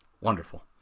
Wonderful